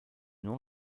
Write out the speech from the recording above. non